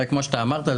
הרי כמו שאתה אמרת,